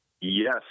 yes